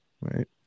right